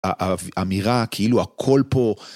היי מה נשמע היום?